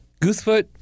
Goosefoot